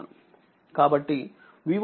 కాబట్టి Voc 64వోల్ట్